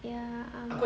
ya um